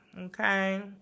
Okay